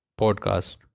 podcast